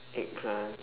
eggplant